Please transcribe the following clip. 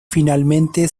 finalmente